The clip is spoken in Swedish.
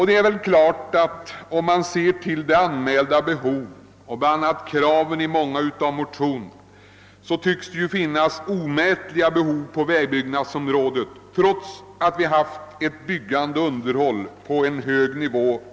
Det är klart att om man ser till anmälda behov, bl.a. kraven i många av motionerna, finns det omätliga behov på vägbyggnadsområdet, trots att vi under de senaste åren haft ett byggande och underhåll på hög nivå.